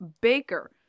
Baker